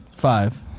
Five